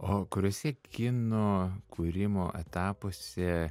o kuriuose kino kūrimo etapuose